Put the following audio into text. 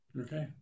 Okay